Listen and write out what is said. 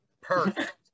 Perfect